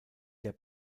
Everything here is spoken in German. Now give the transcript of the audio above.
der